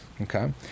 okay